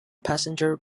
passenger